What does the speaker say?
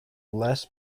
less